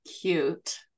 cute